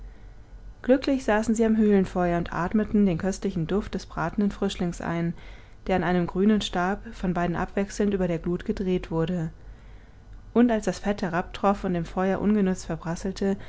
glücklich saßen sie am höhlenfeuer und atmeten den köstlichen duft des bratenden frischlings ein der an einem grünen stab von beiden abwechselnd über der glut gedreht wurde und als das fett herabtroff und im feuer